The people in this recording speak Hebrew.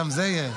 גם זה יהיה.